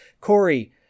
Corey